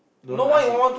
don't ask him